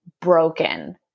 broken